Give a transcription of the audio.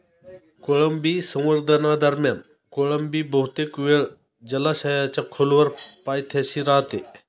कोळंबी संवर्धनादरम्यान कोळंबी बहुतेक वेळ जलाशयाच्या खोलवर पायथ्याशी राहते